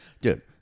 dude